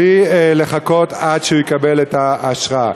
בלי לחכות עד שהוא יקבל את האשרה.